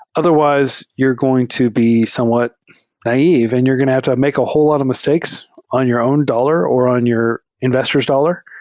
otherw ise, you're going to be somewhat naive and you're going to have to make a whole lot of mis takes on your own dollar or on your investor's dollar,